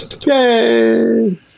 yay